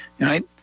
right